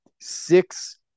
six